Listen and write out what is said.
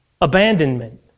abandonment